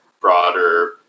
broader